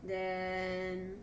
then